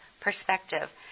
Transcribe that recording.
perspective